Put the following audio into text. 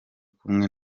kumwe